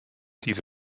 diese